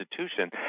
institution